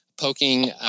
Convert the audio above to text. poking